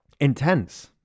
intense